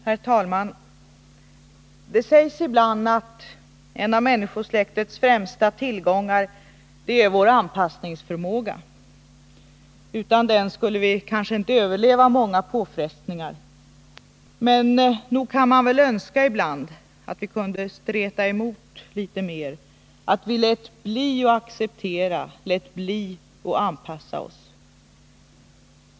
Herr talman! Det sägs ibland att en av människosläktets främsta tillgångar är vår anpassningsförmåga. Utan den skulle vi kanske inte överleva många påfrestningar. Men nog kan man väl önska att vi ibland kunde streta emot litet mera, att vi lät bli att acceptera, lät bli att anpassa oss.